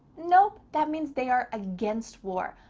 nope, that means they are against war.